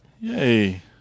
yay